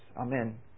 Amen